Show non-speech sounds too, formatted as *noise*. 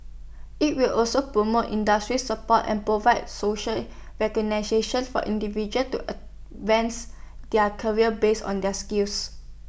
IT will also promote industry support and provide social *unintelligible* for individuals to advance their careers based on their skills